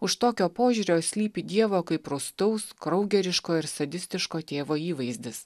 už tokio požiūrio slypi dievo kaip rūstaus kraugeriško ir sadistiško tėvo įvaizdis